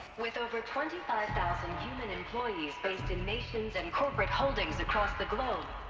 with over twenty five thousand human employees, based in nations and corporate holdings across the globe.